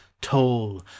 toll